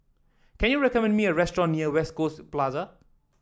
can you recommend me a restaurant near West Coast Plaza